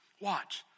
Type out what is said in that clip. Watch